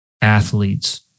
athletes